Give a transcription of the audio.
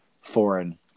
foreign